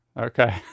Okay